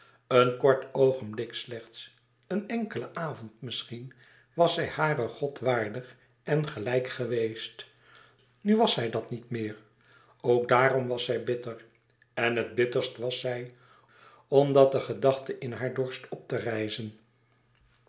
een kort oogenblik slechts een enkelen avond misschien was zij haren god waardig en gelijk geweest nu was zij dat niet meer ook dàarom was zij bitter en het bitterst was zij omdat de gedachte in haar dorst oprijzen